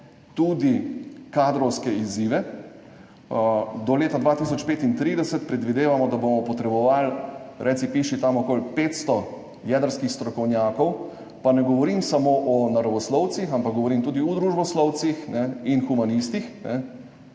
tudi kadrovski izzivi. Do leta 2035 predvidevamo, da bomo potrebovali reci piši okoli 500 jedrskih strokovnjakov, pa ne govorim samo o naravoslovcih, ampak govorim tudi o družboslovcih in humanistih,